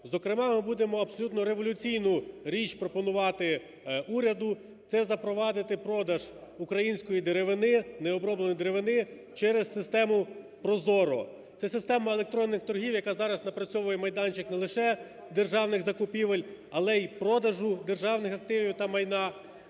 Зокрема ми будемо абсолютно революційну річ пропонувати уряду, це запровадити продаж української деревини, необробленої деревини через систему Prozorro, це система електронних торгів, яка зараз напрацьовує майданчик не лише державних закупівель, але і продажу державних активів та майна